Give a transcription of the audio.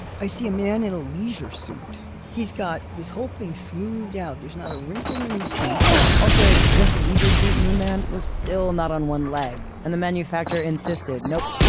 i see a man in a leisure suit. he's got this whole thing smoothed out, there's not a wrinkle in the suit also, this leisure suit moon man was still not on one leg and the manufacturer insisted, nope,